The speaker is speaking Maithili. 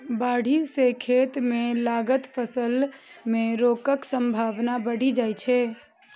बाढ़ि सं खेत मे लागल फसल मे रोगक संभावना बढ़ि जाइ छै